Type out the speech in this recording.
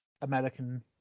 American